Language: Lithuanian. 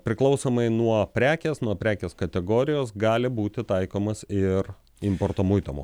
priklausomai nuo prekės nuo prekės kategorijos gali būti taikomas ir importo muito